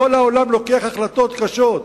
כל העולם מקבל החלטות קשות.